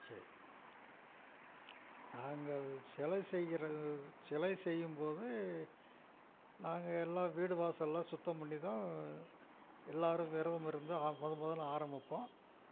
சரி நாங்கள் சில செய்யறது சில செய்யும்போது நாங்கள் எல்லாம் வீடு வாசல் எல்லாம் சுத்தம் பண்ணி தான் எல்லாரும் விரதம் இருந்து முத முதல்ல ஆரம்பிப்போம்